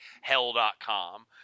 hell.com